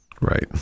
right